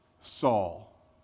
Saul